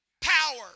power